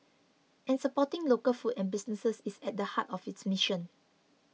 and supporting local food and businesses is at the heart of its mission